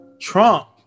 Trump